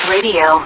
Radio